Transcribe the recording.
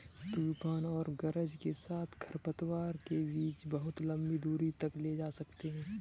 तूफान और गरज के साथ खरपतवार के बीज बहुत लंबी दूरी तक ले जा सकते हैं